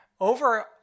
over